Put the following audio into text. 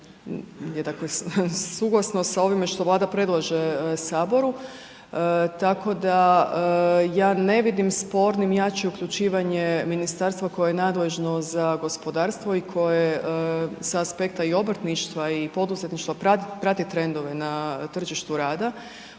suglasno sa ovime što Vlada predlaže Saboru. Tako da ja ne vidim spornim jače uključivanje Ministarstva koje je nadležno za gospodarstvo i koje sa aspekta i obrtništva i poduzetništva prati trendove na tržištu rada